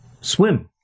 swim